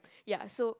ya so